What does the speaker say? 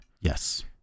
Yes